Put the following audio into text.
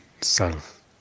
self